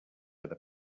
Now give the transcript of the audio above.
other